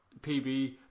PB